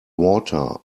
water